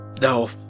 No